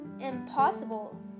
impossible